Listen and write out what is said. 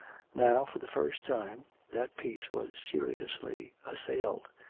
now for the first time that peace was seriously assailed.